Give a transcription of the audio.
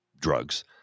drugs